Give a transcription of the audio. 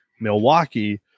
Milwaukee